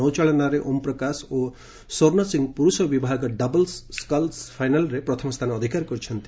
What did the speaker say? ନୌଚାଳନାରେ ଓମ୍ପ୍ରକାଶ ଓ ସ୍ୱର୍ଣ୍ଣ ସିଂ ପୁରୁଷ ବିଭାଗ ଡବଲ୍ସ ସ୍କଲ୍ସ୍ ଫାଇନାଲ୍ରେ ପ୍ରଥମ ସ୍ଥାନ ଅଧିକାର କରିଛନ୍ତି